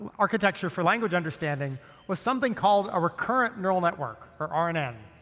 architecture for language understanding was something called a recurrent neural network, or and rnn.